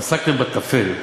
עסקתם בטפל.